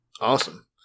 Awesome